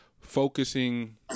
focusing